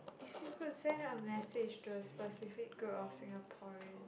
if you could send a message to a specific group of Singaporean